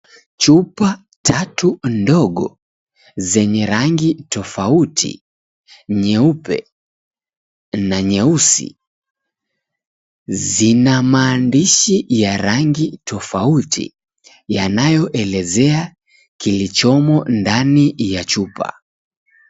Chupa tatu ndogo zenye rangi tofauti nyeupe na nyeusi zina maandishi ya rangi tofauti yanayoelezea kilichomo ndani ya chupa.